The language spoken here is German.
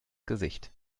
gesicht